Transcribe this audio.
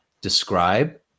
describe